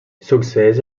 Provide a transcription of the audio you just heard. succeeix